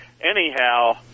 Anyhow